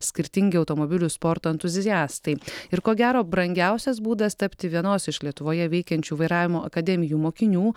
skirtingi automobilių sporto entuziastai ir ko gero brangiausias būdas tapti vienos iš lietuvoje veikiančių vairavimo akademijų mokinių